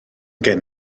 gen